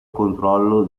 controllo